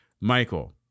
Michael